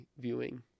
viewing